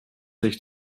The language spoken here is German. sich